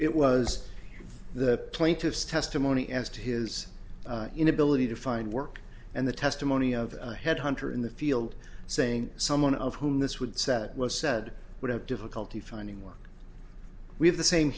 it was the plaintiff's testimony as to his inability to find work and the testimony of a headhunter in the field saying someone of whom this would set was said would have difficulty finding work we have the same